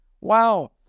Wow